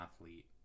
athlete